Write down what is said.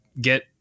get